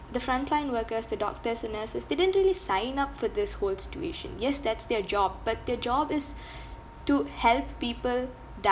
the frontline workers the doctors and nurses they didn't really sign up for this whole situation yes that's their job but their job is to help people